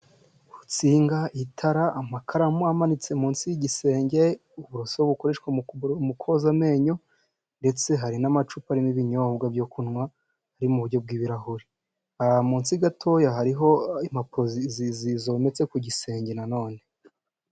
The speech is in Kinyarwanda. Insinga, itara, amakaramu amanitse mu nsi y'igisenge, uburoso bukoreshwa mu koza amenyo, ndetse hari n'amacupa arimo ibinyobwa byo kunywa ari mu buryo bw'ibirahuri, aha munsi gatoya hariho impapuro zometse ku gisenge nanone.